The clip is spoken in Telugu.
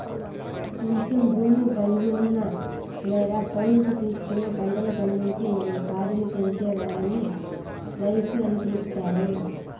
కొంచెం భూమి కలిగి ఉన్న లేదా కౌలుకు తీసుకొని పంటలు పండించి మరియు పాడిని పెంచే వారిని రైతు అని పిలుత్తారు